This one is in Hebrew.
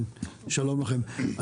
שלום לכם.